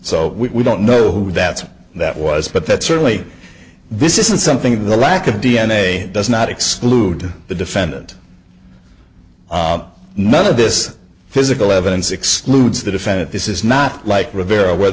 so we don't know who that that was but that certainly this isn't something the lack of d n a does not exclude the defendant none of this physical evidence excludes the defendant this is not like rivera whe